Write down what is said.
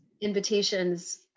invitations